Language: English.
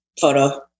photo